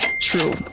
true